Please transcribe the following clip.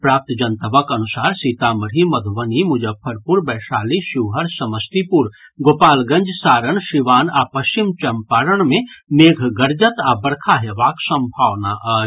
प्राप्त जनतबक अनुसार सीतामढ़ी मधुबनी मुजफ्फरपुर वैशाली शिवहर समस्तीपुर गोपालगंज सारण सीवान आ पश्चिम चम्पारण मे मेघ गर्जत आ बरखा हेबाक सम्भावना अछि